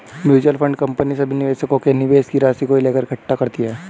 mutual fund company सभी निवेशकों के निवेश राशि को लेकर इकट्ठे करती है